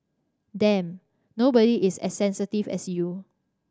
damn nobody is as sensitive as you